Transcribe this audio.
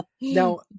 now